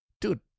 dude